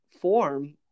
form